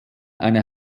eine